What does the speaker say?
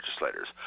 legislators